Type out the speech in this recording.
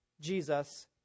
Jesus